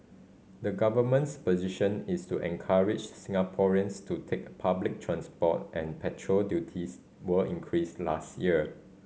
the government's position is to encourage Singaporeans to take public transport and petrol duties were increased last year